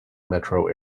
metro